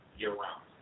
year-round